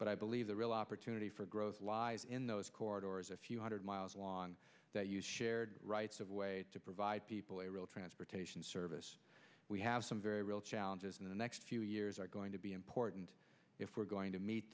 but i believe the real opportunity for growth lies in those corridors a few hundred miles long that you've shared rights of way to provide people a real transportation service we have some very real challenges in the next few years are going to be important if we're going to meet